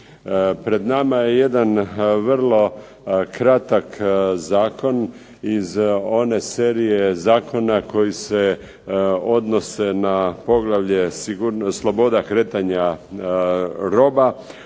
Pred nama je jedan vrlo kratak zakon iz one serije zakona koji se odnose na poglavlje sloboda kretanja roba,